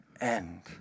end